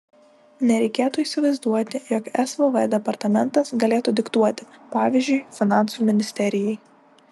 nereikėtų įsivaizduoti jog svv departamentas galėtų diktuoti pavyzdžiui finansų ministerijai